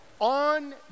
on